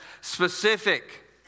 specific